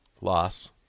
Loss